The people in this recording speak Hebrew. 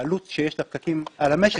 העלות שיש לפקקים על המשק,